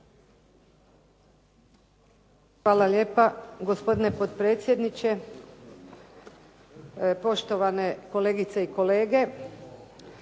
Hvala lijepa, potpredsjedniče. Poštovane kolegice i kolege.